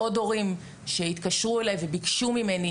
היו עוד הורים שהתקשרו אליי וביקשו ממני